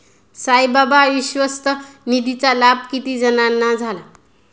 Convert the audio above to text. साईबाबा विश्वस्त निधीचा लाभ किती जणांना झाला?